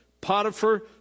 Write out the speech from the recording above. Potiphar